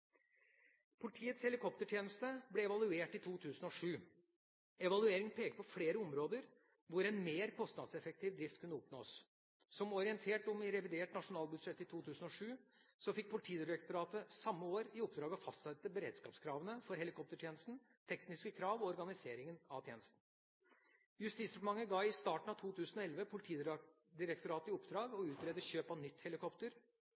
Politiets helikoptertjeneste ble evaluert i 2007. Evalueringen pekte på flere områder hvor en mer kostnadseffektiv drift kunne oppnås. Som orientert om i revidert nasjonalbudsjett i 2007 fikk Politidirektoratet samme år i oppdrag å fastsette beredskapskravene for helikoptertjenesten, tekniske krav og organiseringen av tjenesten. Justisdepartementet ga i starten av 2011 Politidirektoratet i oppdrag å utrede kjøp av nytt helikopter